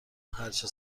هرچه